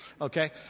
Okay